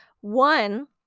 One